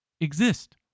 exist